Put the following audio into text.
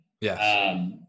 Yes